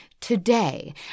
today